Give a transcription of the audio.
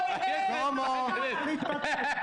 אני אומר לכם גם מבחינה חוקתית,